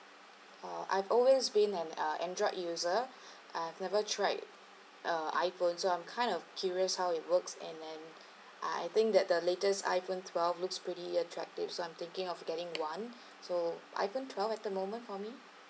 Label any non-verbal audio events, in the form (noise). oh I've always been an uh android user (breath) I have never tried a iphone so I'm kind of curious how it works and then (breath) I think that the latest iphone twelve looks pretty attractive so I'm thinking of getting one (breath) so iphone twelve at the moment for me